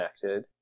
connected